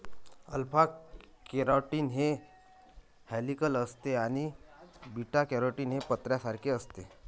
alpha keratin हे helical असते आणि बीटा केराटीन हे पत्र्यासारखे असते